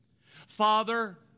Father